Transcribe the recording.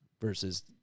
versus